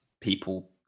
people